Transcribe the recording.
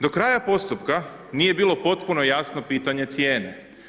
Do kraja postupka nije bilo potpuno jasno pitanje cijene.